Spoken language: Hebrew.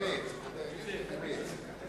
חבר הכנסת וקנין.